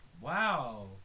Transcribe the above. Wow